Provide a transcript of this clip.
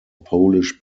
polish